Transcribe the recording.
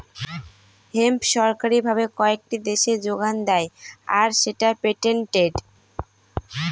hemp সরকারি ভাবে কয়েকটি দেশে যোগান দেয় আর সেটা পেটেন্টেড